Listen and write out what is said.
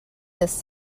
this